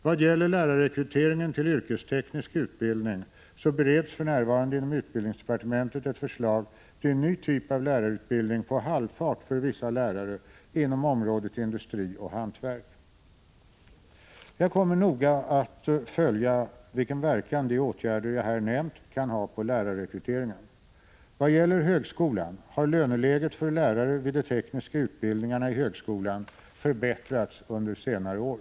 Vad gäller lärarrekryteringen till yrkesteknisk utbildning så bereds för närvarande inom utbildningsdepartementet ett förslag till en ny typ av lärarutbildning på halvfart för vissa lärare inom området industri och hantverk. Jag kommer noga att följa vilken verkan de åtgärder jag här nämnt kan ha på lärarrekryteringen. Vad gäller högskolan har löneläget för lärare vid de tekniska utbildningarna i högskolan förbättrats under senare år.